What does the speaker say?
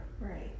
Right